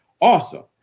awesome